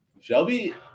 Shelby